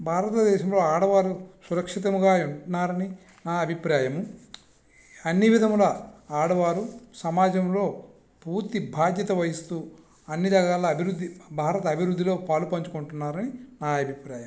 భారతదేశంలో ఆడవారు సురక్షితంగా ఉన్నారని నా అభిప్రాయము అన్ని విధములా ఆడవారు సమాజంలో పూర్తి బాధ్యత వహిస్తూ అన్ని రకాల అభివృద్ధి భారత అభివృద్ధిలో పాలు పంచుకుంటున్నారని నా అభిప్రాయం